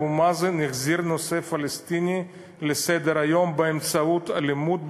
אבו מאזן החזיר את הנושא הפלסטיני לסדר-היום באמצעות אלימות,